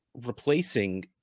replacing